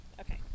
okay